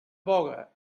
boga